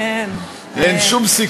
אין שום סיכוי שהוא יקשיב למה שאני אומר.